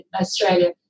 Australia